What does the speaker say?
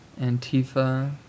Antifa